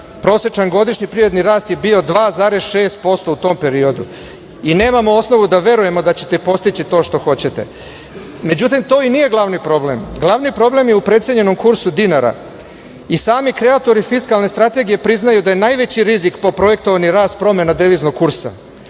Prosečan godišnji rast je bio 2,6% u tom periodu i nemamo osnovu da verujemo da ćete postići to što hoćete.Međutim, to i nije glavni problem. Glavni problem je u procenjenom kursu dinara i sami kreatori fiskalne strategije priznaju da je najveći rizik po projektovani rast promena deviznog kursa.